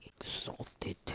exalted